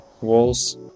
walls